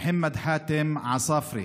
מחמד חאתם עספארה,